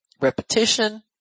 repetition